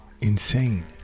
Insane